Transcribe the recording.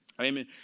Amen